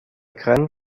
grand